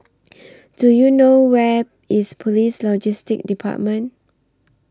Do YOU know Where IS Police Logistics department